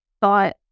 thought